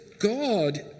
God